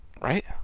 right